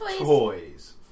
Toys